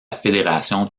fédération